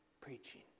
preaching